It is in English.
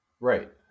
Right